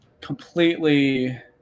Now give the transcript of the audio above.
completely